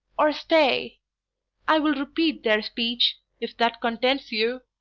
or stay a i will repeat their speech, if that contents you!